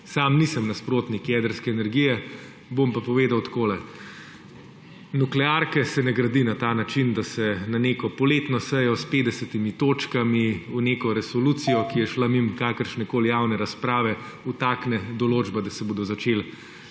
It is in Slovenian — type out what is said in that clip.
Sam nisem nasprotnik jedrske energije, bom pa povedal takole, nuklearka se ne gradi na ta način, da se na neko poletno sejo s 50 točkami, v neko resolucijo, ki je šla mimo kakršnekoli javne razprave, vtakne določba, da se bodo začeli